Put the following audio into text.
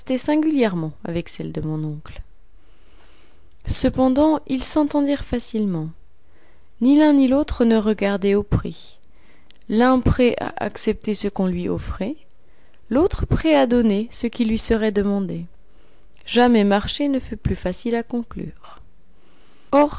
singulièrement avec celles de mon oncle cependant ils s'entendirent facilement ni l'un ni l'autre ne regardaient au prix l'un prêt à accepter ce qu'on lui offrait l'autre prêt à donner ce qui lui serait demandé jamais marché ne fut plus facile à conclure or